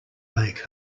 make